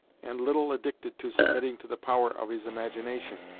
and little addicted to submitting to the power of his imagination,